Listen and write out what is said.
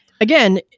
again